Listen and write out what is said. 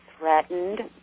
Threatened